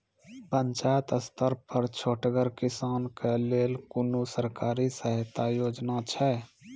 पंचायत स्तर पर छोटगर किसानक लेल कुनू सरकारी सहायता योजना छै?